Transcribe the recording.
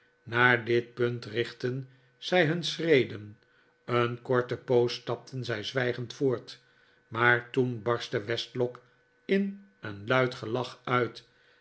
naar dit punt richtten zij hun schredeh een korte poos stapten zij zwijgend voortr maar toen barstte westlock in een luid gelach uit